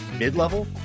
mid-level